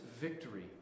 victory